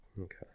Okay